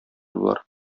болар